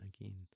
again